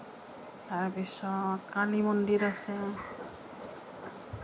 তাৰপিছত কালী মন্দিৰ আছে